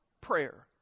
prayer